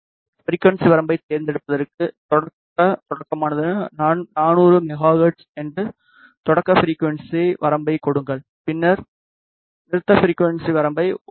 frequency வரம்பைத் தேர்ந்தெடுப்பதற்கு தொடக்க தொடக்கமானது 400 மெகா ஹெர்ட்ஸ் என்று தொடக்க ஃபிரிக்குவன்ஸி வரம்பைக் கொடுங்கள் பின்னர் நிறுத்த ஃபிரிக்குவன்ஸி வரம்பை 1